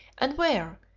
and where,